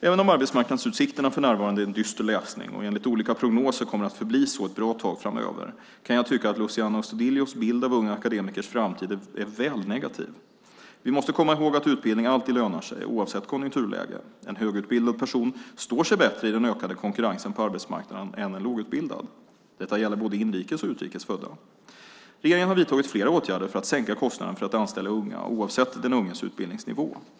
Även om arbetsmarknadsutsikterna för närvarande är dyster läsning och enligt olika prognoser kommer att förbli så ett bra tag framöver kan jag tycka att Luciano Astudillos bild av unga akademikers framtid är väl negativ. Vi måste komma ihåg att utbildning alltid lönar sig, oavsett konjunkturläge. En högutbildad person står sig bättre i den ökade konkurrensen på arbetsmarknaden än en lågutbildad. Detta gäller både inrikes och utrikes födda. Regeringen har vidtagit flera åtgärder för att sänka kostnaden för att anställa unga, oavsett den unges utbildningsnivå.